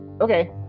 okay